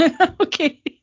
Okay